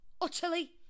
Utterly